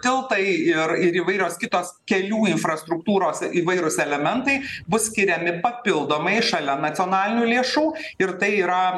tiltai ir ir įvairios kitos kelių infrastruktūros įvairūs elementai bus skiriami papildomai šalia nacionalinių lėšų ir tai yra